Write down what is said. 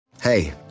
hey